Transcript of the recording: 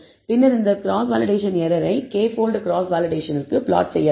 பின்னர் இந்த cross validation error ஐ k போல்டு கிராஸ் வேலிடேஷனிற்கு நீங்கள் பிளாட் செய்யலாம்